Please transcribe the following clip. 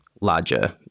larger